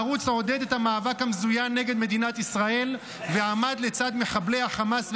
הערוץ עודד את המאבק המזוין נגד מדינת ישראל ועמד לצד מחבלי החמאס,